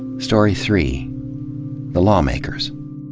story three the lawmakers.